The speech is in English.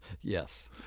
Yes